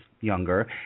younger